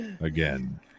Again